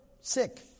sick